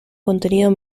contenido